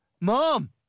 Mom